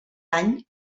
any